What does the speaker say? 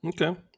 Okay